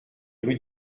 rue